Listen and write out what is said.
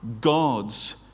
God's